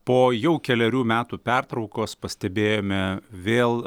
po jau kelerių metų pertraukos pastebėjome vėl